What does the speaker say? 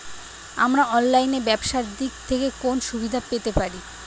আমরা অনলাইনে ব্যবসার দিক থেকে কোন সুবিধা পেতে পারি?